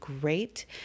great